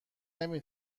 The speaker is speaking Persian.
نمی